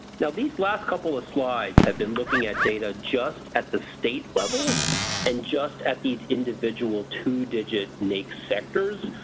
now these last couple of slides have been looking at data just at the state level and just at these individual two digit naics sectors.